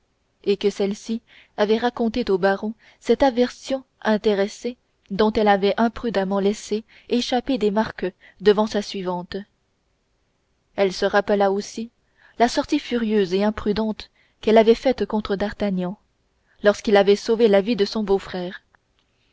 et que celle-ci avait raconté au baron cette aversion intéressée dont elle avait imprudemment laissé échapper des marques devant sa suivante elle se rappela aussi la sortie furieuse et imprudente qu'elle avait faite contre d'artagnan lorsqu'il avait sauvé la vie de son beau-frère